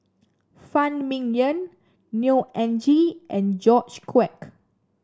Phan Ming Yen Neo Anngee and George Quek